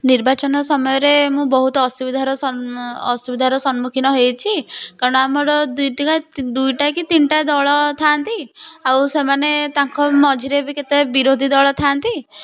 ନିର୍ବାଚନ ସମୟରେ ମୁଁ ବହୁତ ଅସୁବିଧାର ଅସୁବିଧାର ସମ୍ମୁଖୀନ ହେଇଚି କାରଣ ଆମର ଦୁଇଟିକା ଦୁଇଟା କି ତିନିଟା ଦଳ ଥାଆନ୍ତି ଆଉ ସେମାନେ ତାଙ୍କ ମଝିରେ ବି କେତେ ବିରୋଧୀ ଦଳ ଥାଆନ୍ତି